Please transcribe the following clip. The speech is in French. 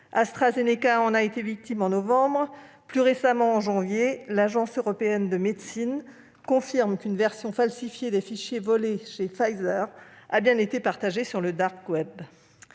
AstraZeneca en a été victime en novembre. Plus récemment, en janvier, l'Agence européenne du médicament confirme qu'une version falsifiée des fichiers volés chez Pfizer a bien été partagée sur le. La CNIL